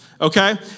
Okay